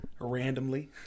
Randomly